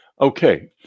Okay